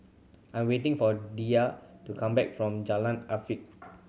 I'm waiting for Diya to come back from Jalan Afifi